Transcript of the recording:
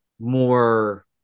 more